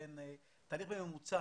התהליך הממוצע,